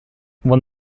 when